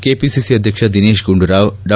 KPCC ಅಧ್ಯಕ್ಷ ದಿನೇಶ್ ಗುಂಡೂರಾವ್ ಡಾ